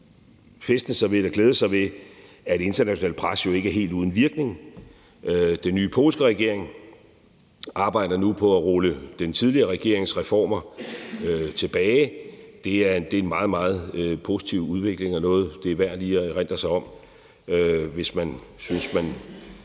alt fæstne sig ved eller glæde sig ved, at internationalt pres jo ikke er helt uden virkning. Den nye polske regering arbejder nu på at rulle den tidligere regerings reformer tilbage. Det er en meget, meget positiv udvikling og noget, det er værd lige at erindre sig om, hvis man synes, man